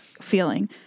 feeling